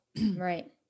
Right